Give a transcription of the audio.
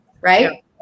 right